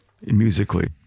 musically